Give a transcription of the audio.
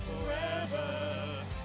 forever